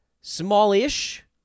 Smallish